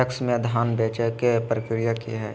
PACS में धाम बेचे के प्रक्रिया की हय?